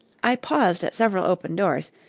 i paused at several open doors,